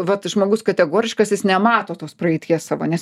vat žmogus kategoriškas jis nemato tos praeities savo nes